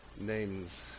names